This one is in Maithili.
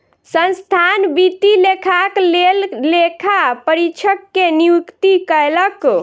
संस्थान वित्तीय लेखाक लेल लेखा परीक्षक के नियुक्ति कयलक